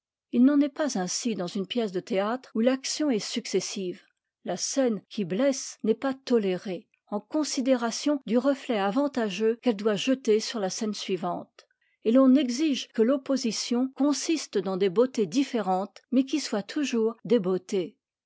il n'en est pas ainsi dans une pièce de théâtre où l'action est successive la scène qui blesse n'est pas tolérée en considération du reflet avantageux qu'elle doit jeter sur la scène suivante et l'on exige que l'opposition consiste dans des beautés différentes mais qui soient toujours des beautés